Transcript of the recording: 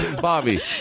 Bobby